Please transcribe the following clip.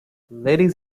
ladies